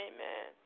Amen